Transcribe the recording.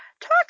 Talk